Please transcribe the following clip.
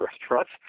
restaurants